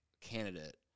candidate